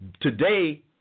Today